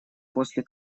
после